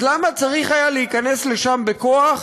אז למה צריך היה להיכנס לשם בכוח,